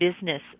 business